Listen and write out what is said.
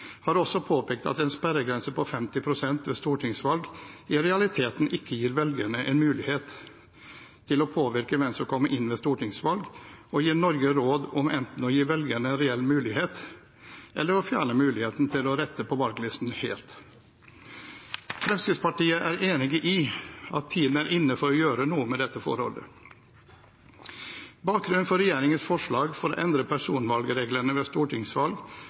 har også påpekt at en sperregrense på 50 pst. ved stortingsvalg i realiteten ikke gir velgerne en mulighet til å påvirke hvem som kommer inn ved stortingsvalg, og gir Norge råd om enten å gi velgerne reell mulighet eller å fjerne muligheten til å rette på valglistene helt. Fremskrittspartiet er enig i at tiden er inne for å gjøre noe med dette forholdet. Bakgrunnen for regjeringens forslag for å endre personvalgreglene ved stortingsvalg